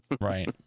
Right